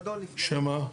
שמה?